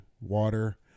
water